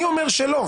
אני אומר לא.